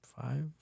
five